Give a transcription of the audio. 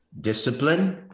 Discipline